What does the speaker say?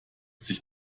sich